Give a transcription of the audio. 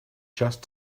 just